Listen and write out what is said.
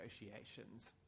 negotiations